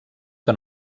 que